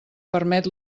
permet